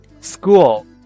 School